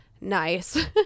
nice